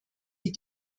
die